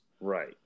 Right